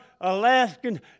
Alaskan